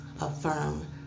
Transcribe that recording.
affirm